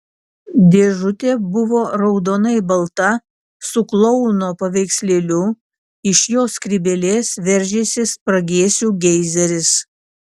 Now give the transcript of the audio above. dėžutė buvo raudonai balta su klouno paveikslėliu iš jo skrybėlės veržėsi spragėsių geizeris